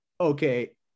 Okay